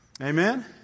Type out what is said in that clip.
Amen